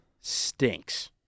stinks